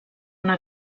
una